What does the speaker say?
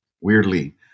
weirdly